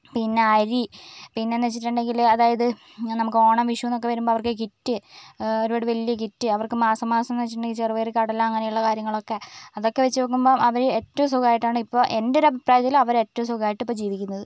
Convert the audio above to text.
പിന്നെ അരി പിന്നെ എന്നുവെച്ചിട്ടുണ്ടെങ്കിൽ അതായത് നമുക്ക് ഓണം വിഷുവെന്നൊക്കെ വരുമ്പോൾ അവർക്ക് കിറ്റ് ഒരുപാട് വലിയ കിറ്റ് അവർക്ക് മാസം മാസമെന്നു വെച്ചിട്ടുണ്ടെങ്കിൽ ചെറുപയർ കടല അങ്ങനെയുള്ള കാര്യങ്ങളൊക്കെ അതൊക്കെ വെച്ച് നോക്കുമ്പോൾ അവർ ഏറ്റവും സുഖമായിട്ടാണ് ഇപ്പോൾ എൻ്റെ ഒരു അഭിപ്രായത്തിൽ അവർ ഏറ്റവും സുഖമായിട്ട് ഇപ്പം ജീവിക്കുന്നത്